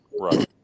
right